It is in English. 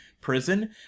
prison